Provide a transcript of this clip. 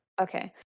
Okay